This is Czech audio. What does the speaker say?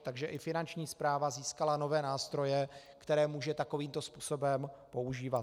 Takže i Finanční správa získala nové nástroje, které může takovýmto způsobem používat.